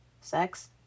sex